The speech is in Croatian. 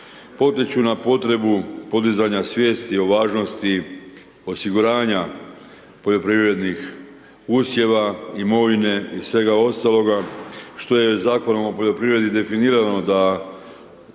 potiču na potrebu podizanje svijesti o važnosti osiguranja poljoprivrednih usjeva, imovine i svega ostaloga što je Zakonom o poljoprivredi definirano da